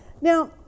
now